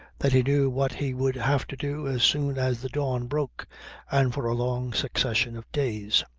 that he knew what he would have to do as soon as the dawn broke and for a long succession of days.